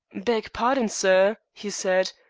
beg pardon, sir, he said,